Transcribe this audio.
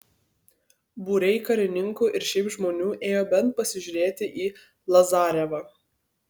būriai karininkų ir šiaip žmonių ėjo bent pasižiūrėti į lazarevą